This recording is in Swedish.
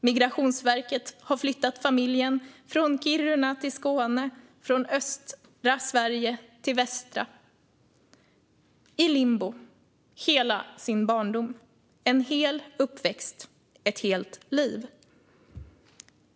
Migrationsverket har flyttat familjen från Kiruna till Skåne och från östra Sverige till västra - hela tiden i limbo, en hel uppväxt, ett helt liv.